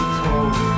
told